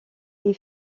est